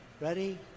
Ready